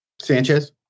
Sanchez